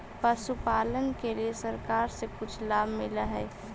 पशुपालन के लिए सरकार से भी कुछ लाभ मिलै हई?